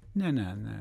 ne ne ne